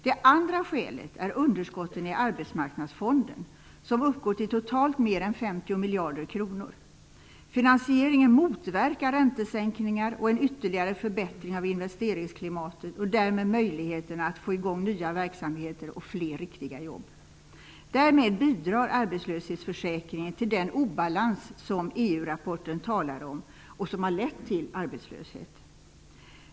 Det andra skälet är underskotten i Arbetsmarknadsfonden, som uppgår till totalt mer än 50 miljarder kronor. Finansieringen motverkar räntesänkningar och en ytterligare förbättring av investeringsklimatet och därmed möjligheterna att få i gång nya verksamheter och fler riktiga jobb. Därmed bidrar arbetslöshetsförsäkringen till den obalans som EU-rapporten talar om och som har lett till arbetslöshet.